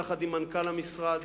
יחד עם מנכ"ל המשרד,